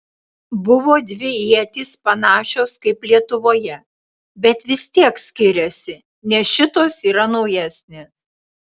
buvo dvi ietys panašios kaip lietuvoje bet vis tiek skiriasi nes šitos yra naujesnės